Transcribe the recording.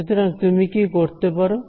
সুতরাং তুমি কি করতে পারো